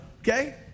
Okay